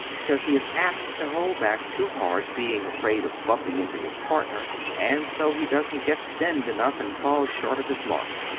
because he is apt to hold back too hard, being afraid of bumping into his partner, and so he doesn't get send enough, and falls short of his mark.